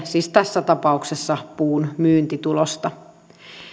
siis tässä tapauksessa puun myyntitulosta